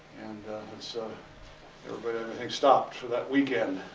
and so you know but everything stopped for that weekend.